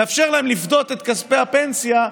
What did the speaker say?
נאפשר להם לפדות את כספי הפנסיה.